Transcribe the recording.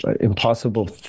impossible